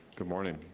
good morning,